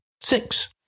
six